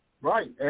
Right